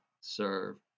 serve